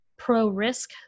pro-risk